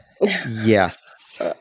yes